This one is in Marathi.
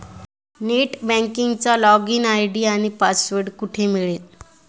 नेट बँकिंगचा लॉगइन आय.डी आणि पासवर्ड कुठे मिळेल?